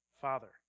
Father